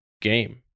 game